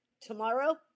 tomorrow